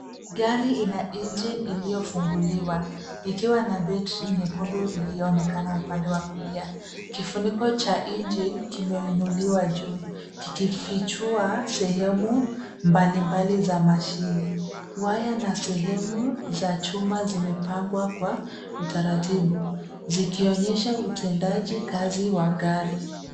Gari lina engine iliyofunguliwa ikiwa na battery nyekundu iliyoonekana upande wa kulia. Kifuniko cha engine kimeinuliwa juu kikifichua sehemu mbali mbali za mashine. Waya na sehemu za chuma zimepangwa kwa utaratibu zikionyesha utendaji kazi wa gari.